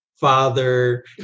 father